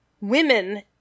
women